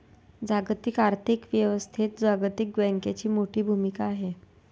जागतिक आर्थिक व्यवस्थेत जागतिक बँकेची मोठी भूमिका आहे